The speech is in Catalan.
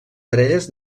parelles